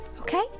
Okay